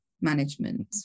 management